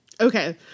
okay